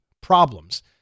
problems